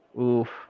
Oof